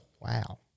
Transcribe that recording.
wow